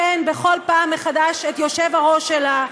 כן, בכל פעם מחדש את היושב-ראש שלה.